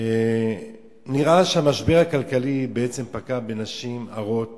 נראה שהמשבר הכלכלי פגע בנשים הרות